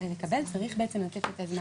לקבל צריך בעצם לתת את הזמן.